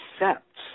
accept